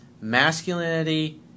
masculinity